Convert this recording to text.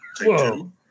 Whoa